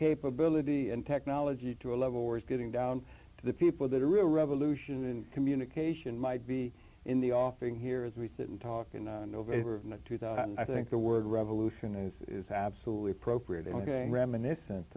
capability in tech now g to a level we're getting down to the people that are real revolution and communication might be in the offing here as we sit and talk in november two thousand i think the word revolution is is absolutely appropriate ok reminiscent